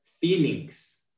feelings